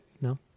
No